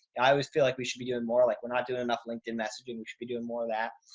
i always feel like we should be doing more. like we're not doing enough linkedin messaging. we should be doing more of that.